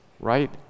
Right